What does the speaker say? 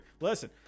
Listen